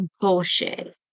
bullshit